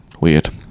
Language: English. weird